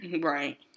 Right